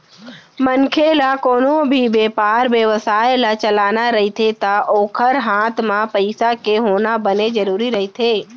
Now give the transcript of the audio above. मनखे ल कोनो भी बेपार बेवसाय ल चलाना रहिथे ता ओखर हात म पइसा के होना बने जरुरी रहिथे